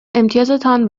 امتیازتان